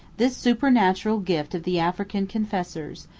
this supernatural gift of the african confessors,